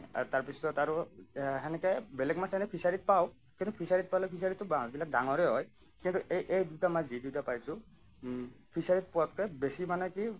আৰু তাৰপিছত আৰু সেনেকৈ বেলেগ মাছ এনে ফিচাৰীত পাওঁ কিন্তু ফিচাৰীত পালে ফিচাৰীটো মাছবিলাক ডাঙৰেই হয় কিন্তু এই এই দুটা মাছ যি দুটা পাইছোঁ ফিচাৰীত পোৱাতকৈ বেছি মানে কি